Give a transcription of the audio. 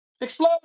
Explode